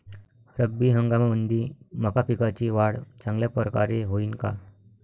रब्बी हंगामामंदी मका पिकाची वाढ चांगल्या परकारे होईन का?